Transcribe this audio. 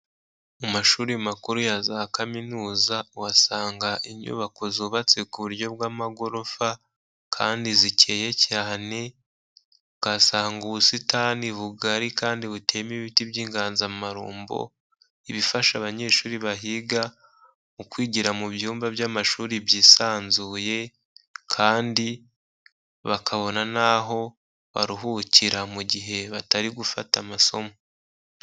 Mu mashuri makuru ya za kaminuza, uhasanga inyubako zubatse ku buryo bw'amagorofa kandi zikeye cyane, ukahasanga ubusitani bugari kandi buteyemo ibiti by'inganzamarumbo, ibifasha abanyeshuri bahiga mu kwigira mu byumba by'amashuri byisanzuye kandi bakabona n'aho baruhukira mu gihe batari gufata amasomo.